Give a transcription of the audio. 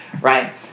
right